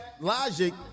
logic